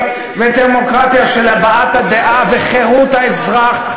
ודמוקרטיה של חופש הבעת הדעה וחירות האזרח,